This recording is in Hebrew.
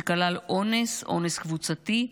שכלל אונס, אונס קבוצתי,